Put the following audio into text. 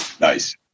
nice